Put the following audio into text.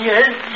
Yes